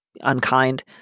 unkind